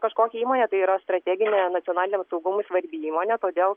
kažkokia įmonė tai yra strateginė nacionaliniam saugumui svarbi įmonė todėl